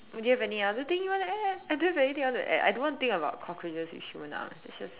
do you have any other thing you want to add I don't have anything I want to add I don't want to think about cockroaches with human arms it's just